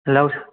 hello